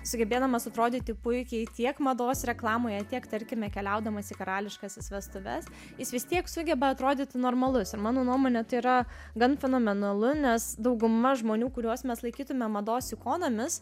sugebėdamas atrodyti puikiai tiek mados reklamoje tiek tarkime keliaudamas į karališkąsias vestuves jis vis tiek sugeba atrodyti normalus ir mano nuomone tai yra gan fenomenalu nes dauguma žmonių kuriuos mes laikytume mados ikonomis